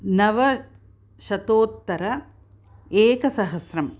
नवशतोत्तर एकसहस्रम्